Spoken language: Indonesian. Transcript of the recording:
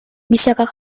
bisakah